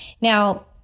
Now